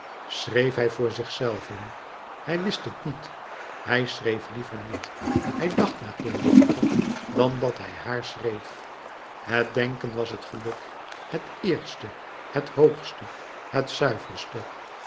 schreef hij voor zichzelven hij wist het niet hij schreef liever niet hij dacht mathilde liever dan dat hij haar schreef het denken was het geluk het eerste het hoogste het zuiverste